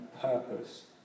purpose